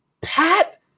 Pat